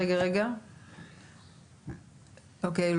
אוקיי,